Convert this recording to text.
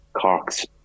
Cork's